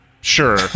sure